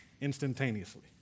instantaneously